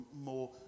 more